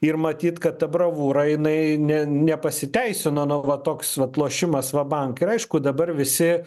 ir matyt kad ta bravūra jinai ne nepasiteisino nu va toks vat lošimas va bank ir aišku dabar visi